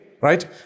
right